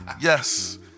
Yes